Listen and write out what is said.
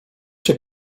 cię